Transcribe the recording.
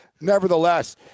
Nevertheless